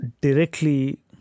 directly